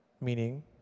Meaning